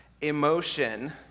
emotion